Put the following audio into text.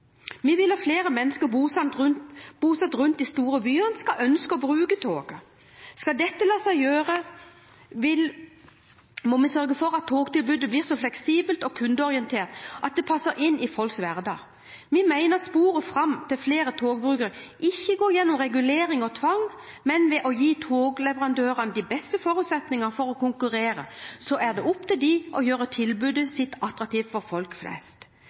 Vi vil at flere mennesker bosatt rundt de store byene skal ønske å bruke togene. Skal dette la seg gjøre, må vi sørge for at togtilbudet blir så fleksibelt og kundeorientert at det passer inn i folks hverdag. Vi mener sporet fram til flere togbrukere ikke går gjennom regulering og tvang, men ved å gi togleverandørene de beste forutsetninger for å konkurrere. Så er det opp til dem å gjøre tilbudet sitt attraktivt for folk flest